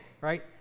right